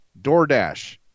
DoorDash